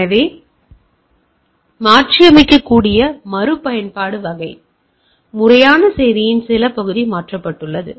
எனவே இது மாற்றியமைக்கக்கூடிய மறுபயன்பாட்டு வகை முறையான செய்தியின் சில பகுதி மாற்றப்பட்டுள்ளது